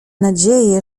nadzieję